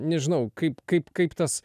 nežinau kaip kaip kaip tas